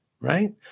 right